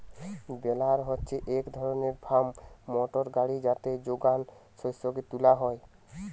বেলার হচ্ছে এক ধরণের ফার্ম মোটর গাড়ি যাতে যোগান শস্যকে তুলা হয়